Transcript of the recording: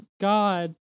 God